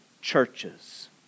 churches